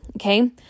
Okay